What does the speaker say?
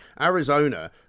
Arizona